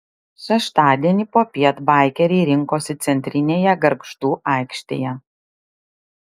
šeštadienį popiet baikeriai rinkosi centrinėje gargždų aikštėje